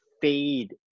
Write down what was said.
fade